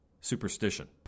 Superstition